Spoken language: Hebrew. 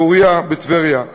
פוריה בטבריה,